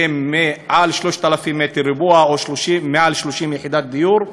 שהם מעל 3,000 מ"ר או מעל 30 יחידות דיור,